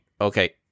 okay